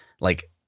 like-